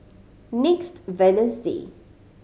next Wednesday